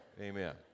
Amen